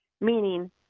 meaning